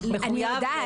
אני יודעת,